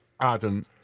Adam